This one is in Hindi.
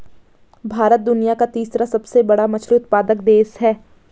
भारत दुनिया का तीसरा सबसे बड़ा मछली उत्पादक देश है